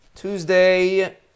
Tuesday